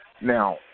Now